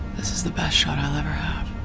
this is the best shot i'll ever have.